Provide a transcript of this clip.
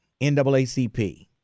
NAACP